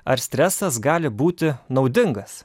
ar stresas gali būti naudingas